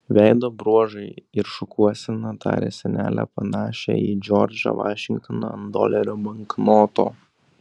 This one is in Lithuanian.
veido bruožai ir šukuosena darė senelę panašią į džordžą vašingtoną ant dolerio banknoto